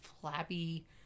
flabby